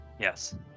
Yes